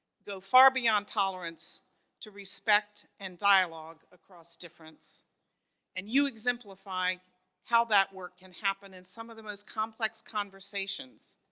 go far beyond tolerance to respect and dialogue across difference and you exemplify how that work can happen in some of the most complex conversations.